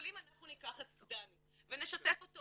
אבל אם אנחנו ניקח את דני ונשתף אותו